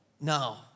No